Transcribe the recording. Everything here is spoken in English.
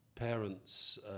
Parents